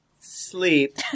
sleep